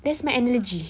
that's my analogy